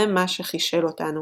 זה מה שחישל אותנו.